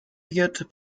wird